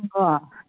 अ